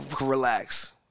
Relax